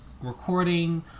recording